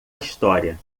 história